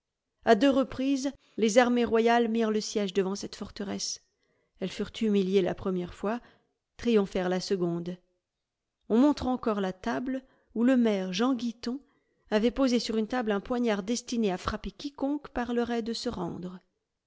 a deux reprises les armées royales mirent le siège devant cette forteresse elles furent humiliées la première fois triomphèrent la seconde on montre encore la table où le maire jean guiton avait posé sur une table un poignard destiné à frapper quiconque parlerait de se rendre